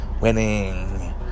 Winning